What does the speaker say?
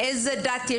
דת,